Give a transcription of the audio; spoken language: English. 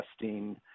testing